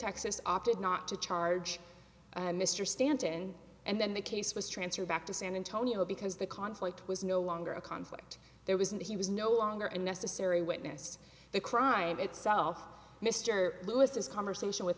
texas opted not to charge mr stanton and then the case was transferred back to san antonio because the conflict was no longer a conflict there was and he was no longer in necessary witnessed the crime itself mr lewis his conversation with